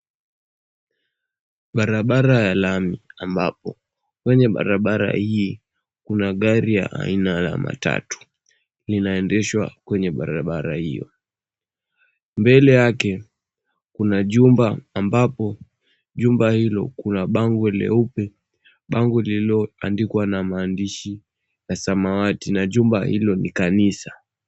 Barabara ya lami ambapo kwenye barabara hii kuna gari ya aina ya matatu linaendeshwa kwenye barabara hio. Mbele yake kuna jumba ambapo jumba hilo kuna bango leupe, bango lililoandikwa na maandishi ya samawati na jumba hilo ni kanisa.